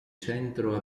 centro